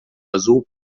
azul